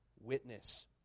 witness